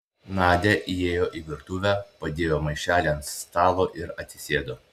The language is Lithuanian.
nadia įėjo į virtuvę padėjo maišelį ant stalo ir atsisėdo